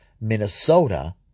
Minnesota